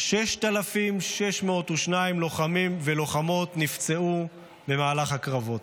6,602 לוחמים ולוחמות נפצעו במהלך הקרבות.